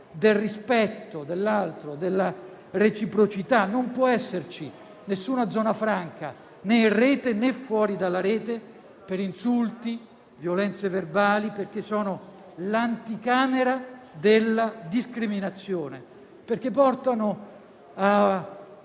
del rispetto dell'altro, della reciprocità. Non può esserci alcuna zona franca né in rete né fuori dalla rete, per insulti o violenze verbali, perché sono l'anticamera della discriminazione, perché portano il